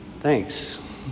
Thanks